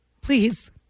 Please